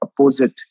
opposite